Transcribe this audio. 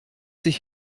sich